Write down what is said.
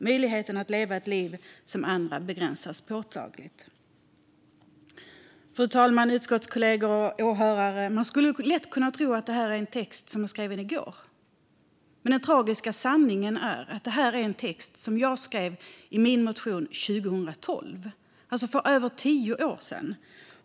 Möjligheten att leva ett liv som andra människor begränsas påtagligt." Fru talman, utskottskollegor och åhörare! Man skulle lätt kunna tro att detta är en text som är skriven i går, men den tragiska sanningen är att det är en text som jag skrev i min motion 2012 - alltså för över tio år sedan.